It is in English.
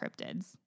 cryptids